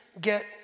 get